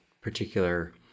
particular